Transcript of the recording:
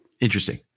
Interesting